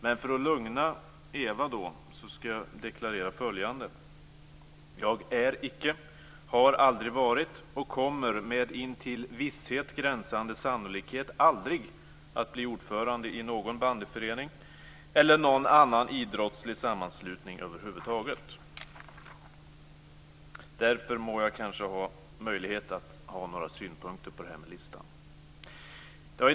Men för att lugna Ewa Larsson skall jag deklarera följande: Jag är icke, har aldrig varit och kommer med intill visshet gränsande sannolikhet aldrig att bli ordförande i någon bandyförening eller annan idrottslig sammanslutning över huvud taget. Därför må jag kanske ha möjlighet att ha några synpunkter på det här med listan.